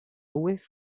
whiff